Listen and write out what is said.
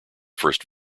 first